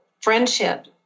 friendship